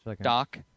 Doc